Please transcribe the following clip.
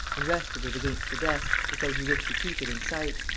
and rested it against the desk, as though he wished to keep it in sight.